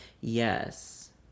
Yes